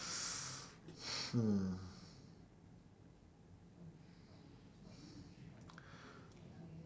hmm